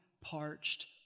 parched